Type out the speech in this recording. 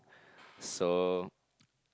so